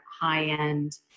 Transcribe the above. high-end